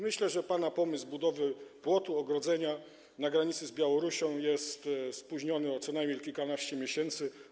Myślę, że pana pomysł budowy płotu, ogrodzenia na granicy z Białorusią jest spóźniony o co najmniej kilkanaście miesięcy.